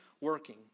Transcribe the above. working